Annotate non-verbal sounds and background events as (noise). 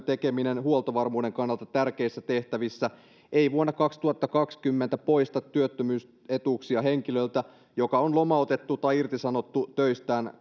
(unintelligible) tekeminen huoltovarmuuden kannalta tärkeissä tehtävissä ei vuonna kaksituhattakaksikymmentä poista työttömyysetuuksia henkilöltä joka on lomautettu tai irtisanottu töistään (unintelligible)